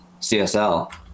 CSL